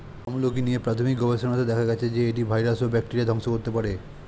আমলকী নিয়ে প্রাথমিক গবেষণাতে দেখা গেছে যে, এটি ভাইরাস ও ব্যাকটেরিয়া ধ্বংস করতে পারে